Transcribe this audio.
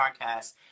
podcast